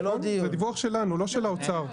זה לא של האוצר.